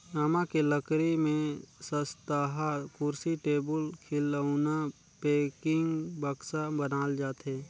आमा के लकरी में सस्तहा कुरसी, टेबुल, खिलउना, पेकिंग, बक्सा बनाल जाथे